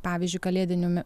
pavyzdžiui kalėdiniumi